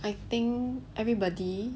I think everybody